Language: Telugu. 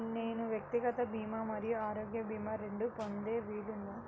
నేను వ్యక్తిగత భీమా మరియు ఆరోగ్య భీమా రెండు పొందే వీలుందా?